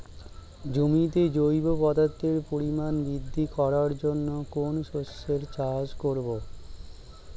জমিতে জৈব পদার্থের পরিমাণ বৃদ্ধি করার জন্য কোন শস্যের চাষ করবো?